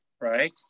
right